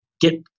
get